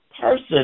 person